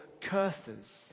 curses